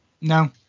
No